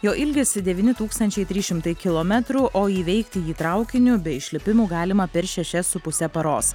jo ilgis devyni tūkstančiai trys šimtai kilometrų o įveikti jį traukiniu be išlipimų galima per šešias su puse paros